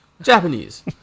Japanese